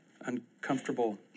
uncomfortable